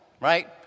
right